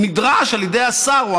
שהוא נדרש על ידי השר: